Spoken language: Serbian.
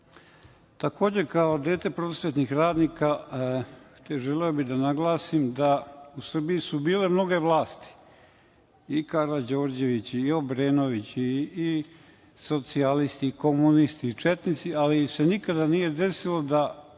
kao dete prosvetnih radnika, želeo bih da naglasim da su u Srbiji bile mnoge vlasti, i Karađorđevići, i Obrenovići, i socijalisti, i komunisti i četnici, ali se nikada nije desilo da